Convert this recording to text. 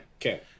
Okay